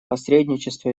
посредничество